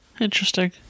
Interesting